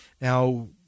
Now